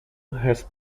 has